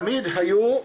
תמיד היו,